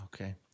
okay